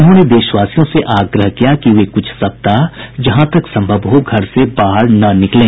उन्होंने देशवासियों से आग्रह किया कि वे कुछ सप्ताह जहां तक संभव हो घर से बाहर न निकलें